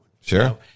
Sure